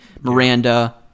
Miranda